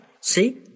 See